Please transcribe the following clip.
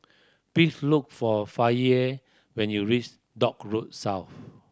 please look for Faye when you reach Dock Road South